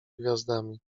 gwiazdami